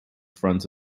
front